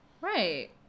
Right